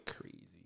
crazy